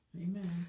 amen